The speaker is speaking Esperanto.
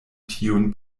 tiun